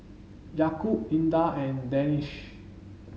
Yaakob Indah and Danish